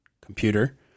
computer